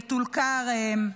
בטול כרם,